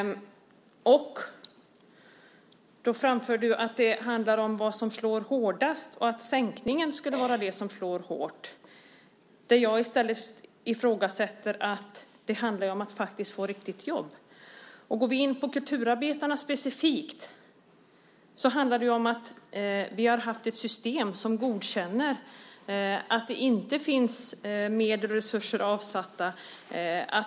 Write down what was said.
Torbjörn Björlund framför att det handlar om vad som slår hårdast och att det skulle vara sänkningen. Jag ifrågasätter detta och menar i stället att det handlar om att få ett riktigt jobb. Om vi specifikt går in på kulturarbetarna ser vi att vi har haft ett system som godkänner att det inte finns medel och resurser avsatta.